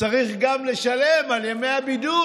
שצריך לשלם גם על ימי הבידוד